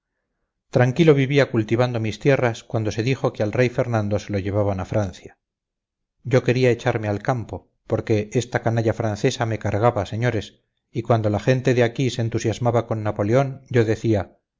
tranquilo vivía cultivando mis tierras cuando se dijo que al rey fernando se lo llevaban a francia yo quería echarme al campo porque esta canalla francesa me cargaba señores y cuando la gente de aquí se entusiasmaba con napoleón yo decía